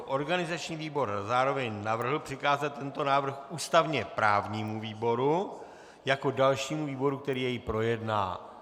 Organizační výbor zároveň navrhl přikázat tento návrh ústavněprávnímu výboru jako dalšímu výboru, který jej projedná.